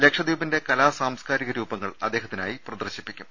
ലക്ഷദ്വീപിന്റെ കലാ സാംസ്കാരിക രൂപങ്ങൾ അദ്ദേഹ ത്തിനായി പ്രദർശിപ്പിക്കും